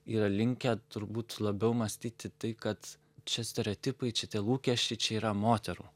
yra linkę turbūt labiau mąstyti tai kad čia stereotipai čia tie lūkesčiai čia yra moterų